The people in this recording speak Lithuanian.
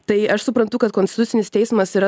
tai aš suprantu kad konstitucinis teismas yra